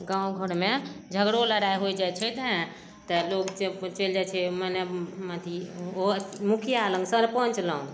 गाँव घरमे झगड़ो लड़ाइ होइ जाइ छै ने तऽ लोग चैलि जाइ छै मने अथी ओ मुखिया लग सरपञ्च लग